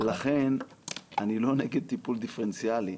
אני לא נגד טיפול דיפרנציאלי,